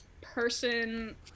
person